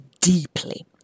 deeply